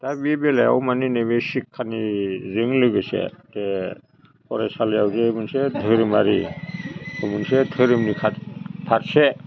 दा बे बेलायाव माने नैबे सिख्खानिजों लोगोसे फरायसालियाव जे मोनसे धोरोमारि मोनसे धोरोमनि खाथि फारसे